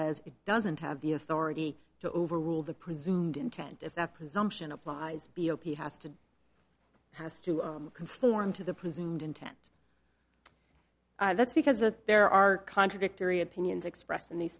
says it doesn't have the authority to overrule the presumed intent if that presumption applies b o p s has to has to conform to the presumed intent that's because there are contradictory opinions expressed in these